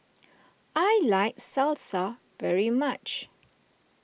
I like Salsa very much